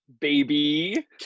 baby